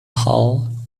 hull